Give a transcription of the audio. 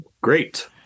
Great